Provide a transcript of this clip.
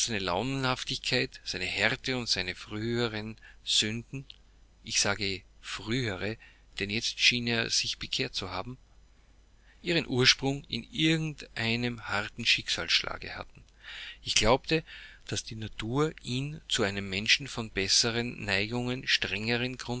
launenhaftigkeit seine härte und seine früheren sünden ich sage frühere denn jetzt schien er sich bekehrt zu haben ihren ursprung in irgend einem harten schicksalsschlage hatten ich glaubte daß die natur ihn zu einem menschen von besseren neigungen